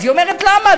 אז היא אומרת: למה?